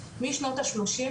משנות השלושים,